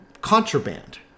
contraband